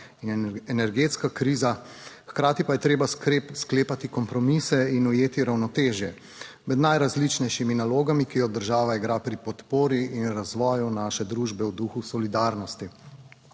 in energetska kriza, hkrati pa je treba sklepati kompromise in ujeti ravnotežje med najrazličnejšimi nalogami, ki jo država igra pri podpori in razvoju naše družbe v duhu solidarnosti.